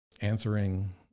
answering